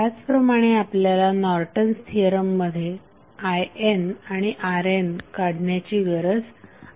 त्याचप्रमाणे आपल्याला नॉर्टन्स थिअरममध्ये IN आणि RN काढण्याची गरज आहे